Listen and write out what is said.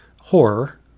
horror